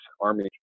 Army